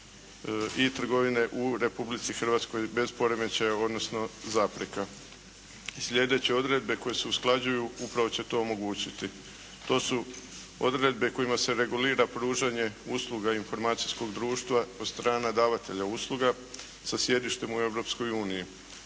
i trgovine u Republici Hrvatskoj bez poremećaja odnosno zapreka. Slijedeće odredbe koje se usklađuju upravo će to omogućiti. To su odredbe kojima se regulira pružanje usluga informacijskog društva od strana davatelja usluga sa sjedištem u